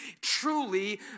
Truly